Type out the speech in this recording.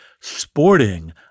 sporting